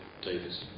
Davis